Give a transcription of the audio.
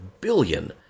billion